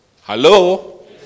Hello